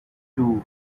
two